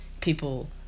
people